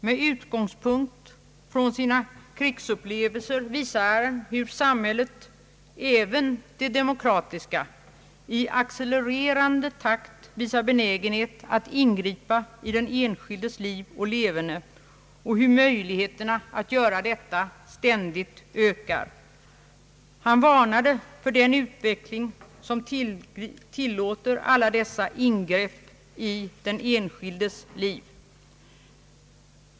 Med utgångspunkt från sina krigsupplevelser visade han hur samhället — även det demokratiska — i acce!ererande takt är benäget att ingripa i den enskildes liv och leverne och hur möjligheterna att göra detta ständigt ökar. Han varnade för den utveckling som tillåter allt fler ingrepp i den enskildes liv.